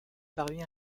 parvient